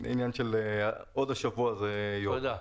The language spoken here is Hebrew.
עוד השבוע זה יועבר.